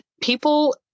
people